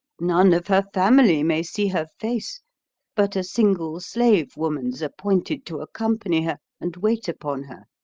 none of her family may see her face but a single slave woman's appointed to accompany her and wait upon her.